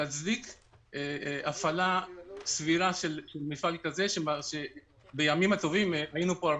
תצדיק הפעלה סבירה של מפעל כזה שבימים הטובים היינו בו 400